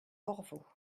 orvault